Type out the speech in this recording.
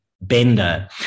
bender